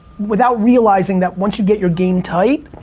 without realizing that once you get your game tight